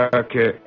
okay